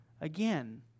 again